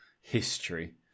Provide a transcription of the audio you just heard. history